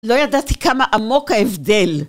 לא ידעתי כמה עמוק ההבדל.